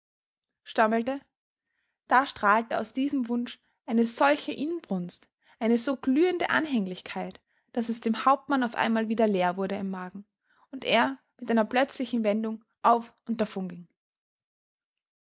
stammelte da strahlte aus diesem wunsch eine solche inbrunst eine so glühende anhänglichkeit daß es dem hauptmann auf einmal wieder leer wurde im magen und er mit einer plötzlichen wendung auf und